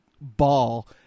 ball